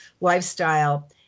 lifestyle